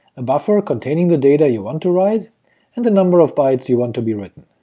a buffer containing the data you want to write, and the number of bytes you want to be written.